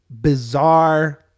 bizarre